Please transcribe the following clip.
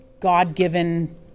God-given